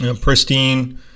Pristine